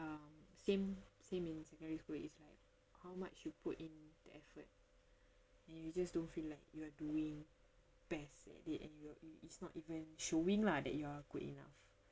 um same same in secondary school it's like how much you put in the effort and you just don't feel like you are doing best at it and you are it's not even showing lah that you are good enough